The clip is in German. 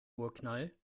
urknall